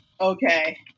Okay